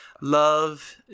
love